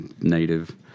native